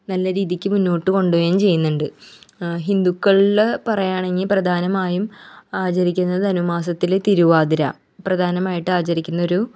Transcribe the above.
നല്ല രീതിക്ക് മുന്നോട്ട് കൊണ്ട് പോവേം ചെയ്യുന്നുണ്ട് ഹിന്ദുക്കളിൽ പറയാണെങ്കിൽ പ്രധാനമായും ആചരിക്കുന്നത് ധനു മാസത്തിലെ തിരുവാതിര പ്രധാനമായിട്ട് ആചരിക്കുന്നൊരു